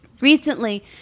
Recently